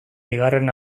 bigarren